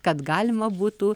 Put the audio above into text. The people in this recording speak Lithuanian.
kad galima būtų